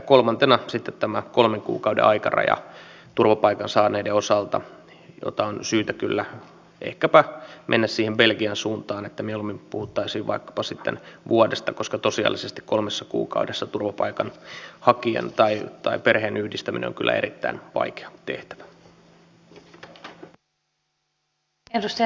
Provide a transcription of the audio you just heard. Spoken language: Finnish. kolmantena on sitten tämä kolmen kuukauden aikaraja turvapaikan saaneiden osalta jossa on kyllä syytä ehkäpä mennä siihen belgian suuntaan että mieluummin puhuttaisiin vaikkapa sitten vuodesta koska tosiasiallisesti kolmessa kuukaudessa perheenyhdistäminen on kyllä erittäin vaikea tehtävä